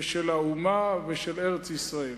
של האומה ושל ארץ-ישראל,